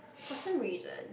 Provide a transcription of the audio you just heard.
for some reason